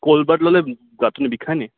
cold bath ল'লে গাটো নিবিষাই নি